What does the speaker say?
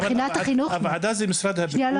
הוועדה זה משרד הבריאות.